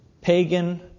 pagan